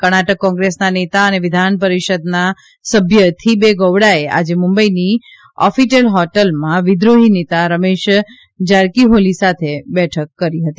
કર્ણાટક કોંગ્રેસના નેતા અને વિધાન પરિષદના સભ્ય થીબે ગોવડાએ આજે મુંબઈની ઓફીટેલ હોટલમાં વિદ્રોફી નેતા રમેશ જારાકીફોલી સાથે બેઠક કરી હતી